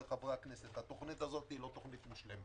חברי הכנסת התוכנית הזאת אינה מושלמת.